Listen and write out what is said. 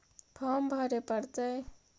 Farm भरे परतय?